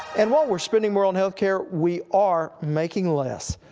and while we are spending more on health care, we are making less.